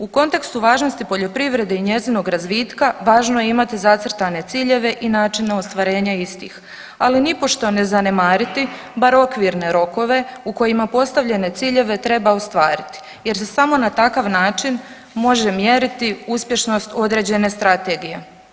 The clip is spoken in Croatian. U kontekstu važnosti poljoprivrede i njezinog razvitka važno je imati zacrtane ciljeve i načine ostvarenja istih, ali nipošto ne zanemariti bar okvirne rokove u kojima postavljene ciljeve treba ostvariti jer se samo na takav način može mjeriti uspješnost određene strategije.